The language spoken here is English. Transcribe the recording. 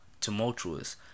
tumultuous